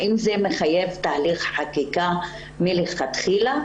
האם זה מחייב תהליך חקיקה מלכתחילה?